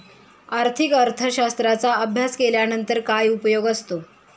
आर्थिक अर्थशास्त्राचा अभ्यास केल्यानंतर काय उपयोग असतो?